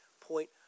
point